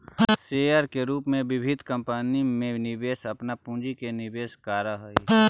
share के रूप में विभिन्न कंपनी में निवेशक अपन पूंजी के निवेश करऽ हइ